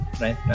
right